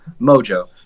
mojo